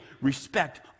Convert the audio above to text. respect